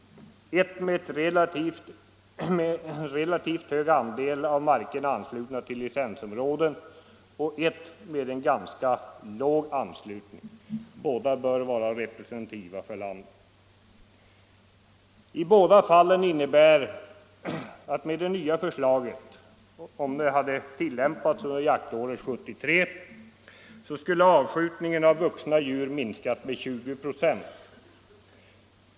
Ett med relativt hög andel av markerna anslutna till licensområden och ett med en ganska låg anslutning. Båda bör vara representativa för landet. Om det nya förslaget hade tillämpats under jaktåret 1973, skulle i båda fallen avskjutningen av vuxna djur ha minskat med 20 96.